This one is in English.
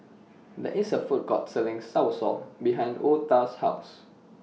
There IS A Food Court Selling Soursop behind Otha's House